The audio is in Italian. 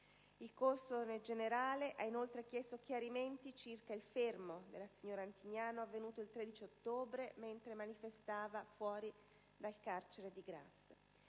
Il console generale ha inoltre chiesto chiarimenti circa il fermo della signora Antignano, avvenuto il 13 ottobre mentre manifestava di fronte al carcere di Grasse.